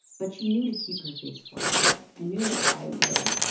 but she knew to keep her face flat i knew if i would